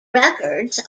records